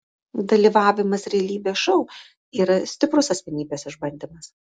dalyvavimas realybės šou yra stiprus asmenybės išbandymas